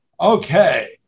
Okay